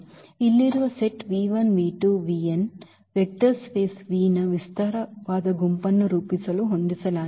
ಇಲ್ಲಿರುವ set vector space V ಯ ವಿಸ್ತಾರವಾದ ಗುಂಪನ್ನು ರೂಪಿಸಲು ಹೊಂದಿಸಲಾಗಿದೆ